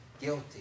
Guilty